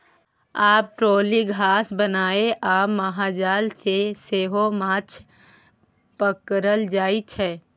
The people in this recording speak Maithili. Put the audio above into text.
आब ट्रोली, धासा बनाए आ महाजाल सँ सेहो माछ पकरल जाइ छै